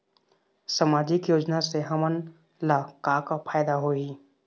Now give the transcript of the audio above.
सामाजिक योजना से हमन ला का का फायदा होही?